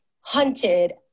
hunted